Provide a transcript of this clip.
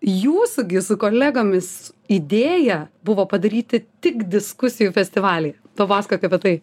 jūs gi su kolegomis idėja buvo padaryti tik diskusijų festivalį papasakok apie tai